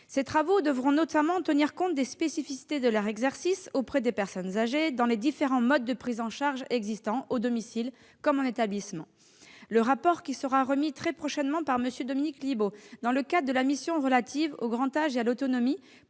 Ces travaux devront notamment tenir compte des spécificités de l'exercice des aides-soignants auprès des personnes âgées, dans les différents modes de prise en charge existants, au domicile comme en établissement. Le rapport, qui sera remis très prochainement par M. Dominique Libault dans le cadre de la mission relative au grand âge et à l'autonomie,